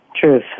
Truth